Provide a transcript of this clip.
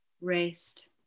rest